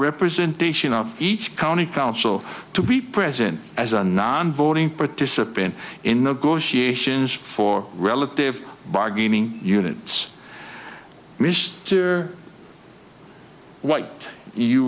representation of each county council to be present as a non voting participant in negotiations for relative bargaining units mister white you